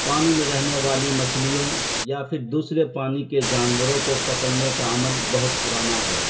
پانی میں رہنے والی مچھلیوں یا پھر دوسرے پانی کے جانوروں کو پکڑنے کا عمل بہت پرانا ہے